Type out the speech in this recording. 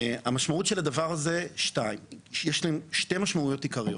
לדבר הזה יש שתי משמעויות עיקריות.